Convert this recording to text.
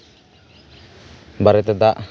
ᱵᱟᱨᱮᱛᱮ ᱫᱟᱜ